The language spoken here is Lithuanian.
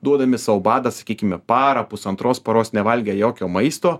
duodami sau badą sakykime parą pusantros paros nevalgę jokio maisto